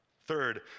Third